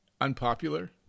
unpopular